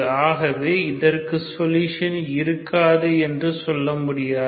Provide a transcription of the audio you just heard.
ஆகவே இதற்கு சொல்யூஷன் இருக்காது என்று சொல்ல முடியாது